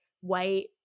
white